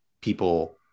people